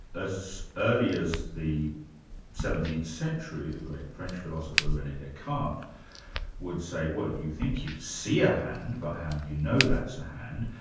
as early as the seventeenth century, the great french philosopher rene descartes would say, you think you see a hand, but how do you know that's a hand?